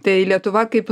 tai lietuva kaip